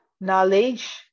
knowledge